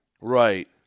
right